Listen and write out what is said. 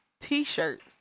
T-shirts